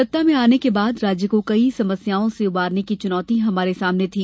सत्ता में आने के बाद राज्य को कई समस्याओं से उबारने की चुनौती हमारे सामने थी